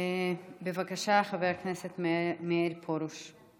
בבקשה, חבר הכנסת מאיר פרוש,